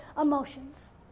emotions